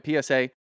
PSA